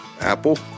Apple